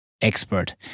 expert